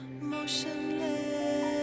motionless